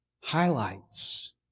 highlights